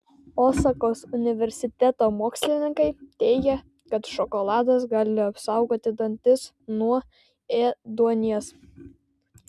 osakos universiteto mokslininkai teigia kad šokoladas gali apsaugoti dantis nuo ėduonies